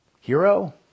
Hero